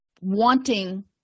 wanting